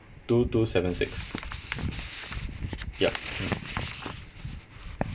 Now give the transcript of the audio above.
two two seven six ya